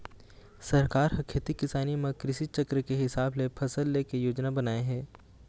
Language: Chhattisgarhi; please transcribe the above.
सरकार ह खेती किसानी म कृषि चक्र के हिसाब ले फसल ले के योजना बनाए हे